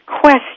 question